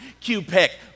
Q-pick